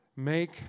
make